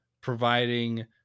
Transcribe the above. providing